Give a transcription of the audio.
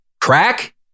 crack